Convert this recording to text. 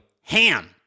Ham